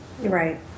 Right